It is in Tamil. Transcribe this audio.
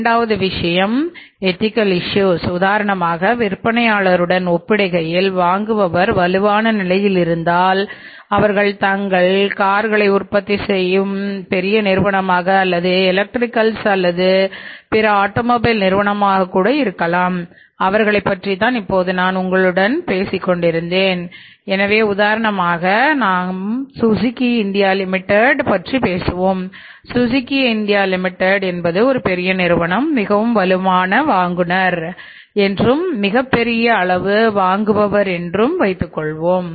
இரண்டாவது விஷயம் எத்திக்கள் இஷ்யூஸ் என்பது ஒரு பெரிய நிறுவனம் மிகவும் வலுவான வாங்குபவர் என்றும் மிகப் பெரிய அளவு வாங்குபவர் என்றும் வைத்துக் கொள்வோம்